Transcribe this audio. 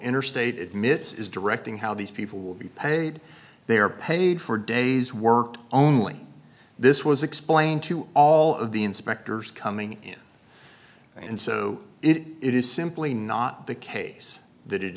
interstate admits is directing how these people will be paid they are paid for days worked only this was explained to all of the inspectors coming in and so it is simply not the case that it